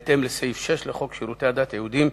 בהתאם לסעיף 6 לחוק שירותי הדת היהודיים,